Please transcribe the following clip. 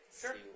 Sure